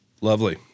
Lovely